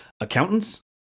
accountants